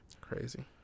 Crazy